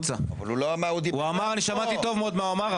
אבל הוא לא אמר --- אני שמעתי טוב מאוד מה הוא אמר.